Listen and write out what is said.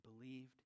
believed